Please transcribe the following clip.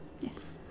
Yes